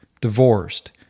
divorced